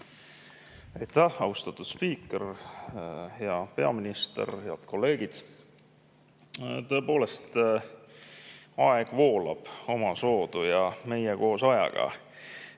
Aitäh, austatud spiiker! Hea peaminister! Head kolleegid! Tõepoolest, aeg voolab omasoodu ja meie koos ajaga.